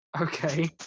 Okay